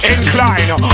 Incline